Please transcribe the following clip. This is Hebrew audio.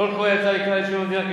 קול קורא יצא לכלל היישובים במדינה.